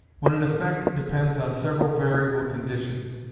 when an effect depends on several variable conditions,